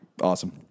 Awesome